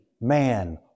Man